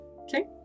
Okay